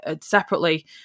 separately